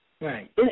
Right